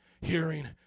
hearing